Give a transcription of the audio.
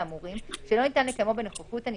האמורים שלא ניתן לקיימו בנוכחות הנידון,